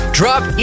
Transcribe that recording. drop